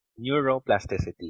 Neuroplasticity